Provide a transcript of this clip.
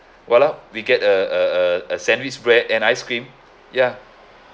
!walao! we get a a a a sandwich bread and ice cream ya